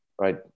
right